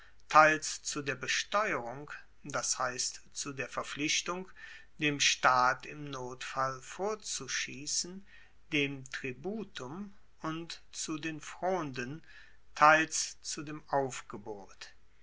teils zu der besteuerung das heisst zu der verpflichtung dem staat im notfall vorzuschiessen dem tributum und zu den fronden teils zu dem aufgebot